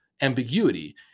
ambiguity